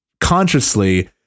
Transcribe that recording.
consciously